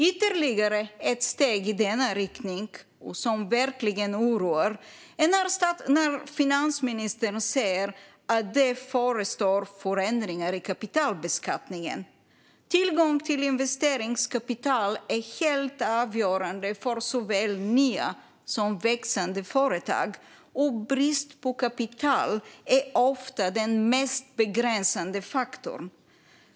Ytterligare ett steg i denna riktning som verkligen oroar är när finansministern säger att det förestår förändringar i kapitalbeskattningen. Tillgång till investeringskapital är helt avgörande för såväl nya som växande företag, och brist på kapital är ofta den mest begränsande faktorn.